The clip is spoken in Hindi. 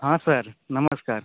हाँ सर नमस्कार